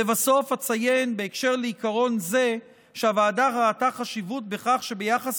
לבסוף אציין בקשר לעיקרון זה שהוועדה ראתה חשיבות בכך שביחס